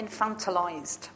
infantilized